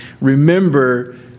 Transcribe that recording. remember